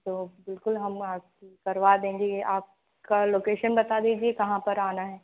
तो बिल्कुल हम करवा देंगे यह आपका लोकेशन बता दीजिए कहाँ पर आना है